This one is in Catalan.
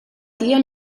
tia